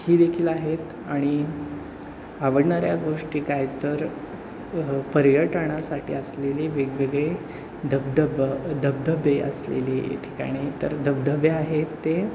ही देखील आहेत आणि आवडणाऱ्या गोष्टी कायतर पर्यटनासाठी असलेली वेगवेगळे धबधबं धबधबे असलेली ठिकाणे तर धबधबे आहेत ते